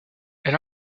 elle